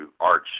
Art